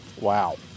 Wow